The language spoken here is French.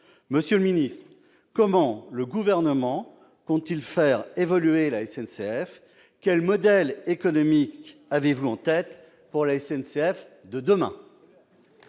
Monsieur le ministre d'État, comment le Gouvernement compte-t-il faire évoluer la SNCF ? Quel modèle économique avez-vous en tête pour la SNCF de demain ?